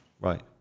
Right